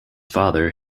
father